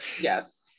Yes